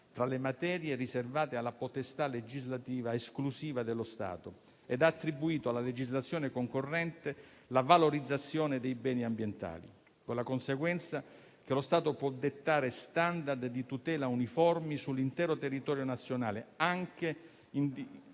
tra le materie riservate alla potestà legislativa esclusiva dello Stato, ed ha attribuito alla legislazione concorrente la valorizzazione dei beni ambientali, con la conseguenza che lo Stato può dettare *standard* di tutela uniformi sull'intero territorio nazionale, anche